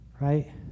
right